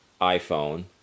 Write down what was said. iPhone